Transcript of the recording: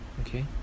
Okay